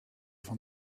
van